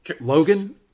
Logan